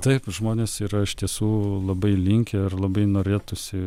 taip žmonės yra iš tiesų labai linkę ir labai norėtųsi